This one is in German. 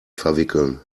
verwickeln